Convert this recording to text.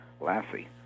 Lassie